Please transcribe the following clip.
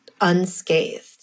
unscathed